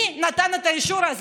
מי נתן את האישור הזה?